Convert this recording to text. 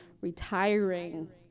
retiring